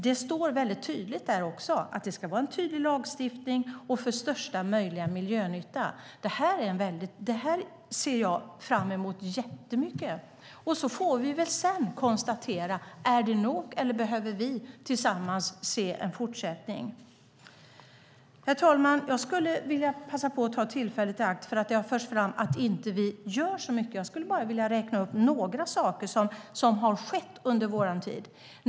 Det står där att det ska vara en tydlig lagstiftning för största möjliga miljönytta. Detta ser jag mycket fram emot. Sedan får vi konstatera om det är nog eller om vi tillsammans behöver se en fortsättning. Eftersom det har förts fram att vi inte gör så mycket vill jag ta tillfället i akt att räkna upp några saker som har skett under vår tid.